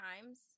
times